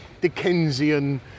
Dickensian